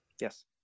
Yes